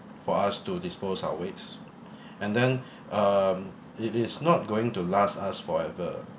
for us to dispose our waste and then um it is not going to last us forever